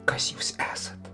kas jūs esat